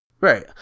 Right